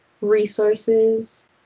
resources